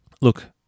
Look